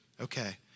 Okay